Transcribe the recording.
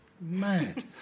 mad